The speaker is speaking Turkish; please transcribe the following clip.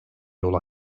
yol